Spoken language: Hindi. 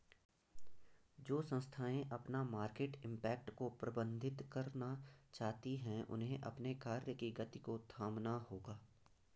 जो संस्थाएं अपना मार्केट इम्पैक्ट को प्रबंधित करना चाहती हैं उन्हें अपने कार्य की गति को थामना होगा